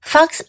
Fox